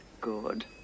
Good